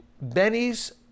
Benny's